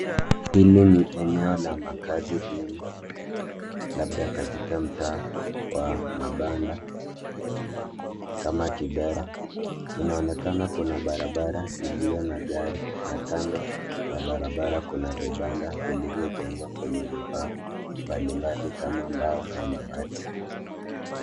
Hili ni eneo la makazi duni labda katika mtaa wa mabanda kama Kibera, inaonekana kuna barabara iliyo na gari na kando ya barabara kuna vibanda vilivyo jengwa kwenye vifaa mbali mbali kama mbao na mabati.